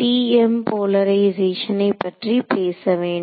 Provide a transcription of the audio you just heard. TM போலரைசேஷனை பற்றி பேச வேண்டும்